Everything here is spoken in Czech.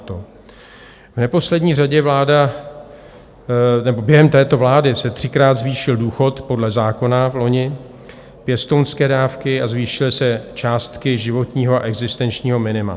V neposlední řadě během této vlády se třikrát zvýšil důchod podle zákona vloni, pěstounské dávky a zvýšily se částky životního a existenčního minima.